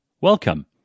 welcome